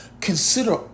consider